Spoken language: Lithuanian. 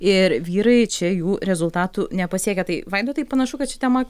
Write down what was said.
ir vyrai čia jų rezultatų nepasiekia tai vaidotai panašu kad ši tema